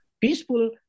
peaceful